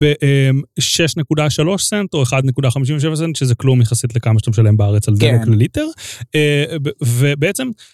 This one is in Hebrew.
ב-6.3 סנט או 1.57 סנט, שזה כלום יחסית לכמה שאתה משלם בארץ על דלק לליטר. ובעצם...